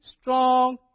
strong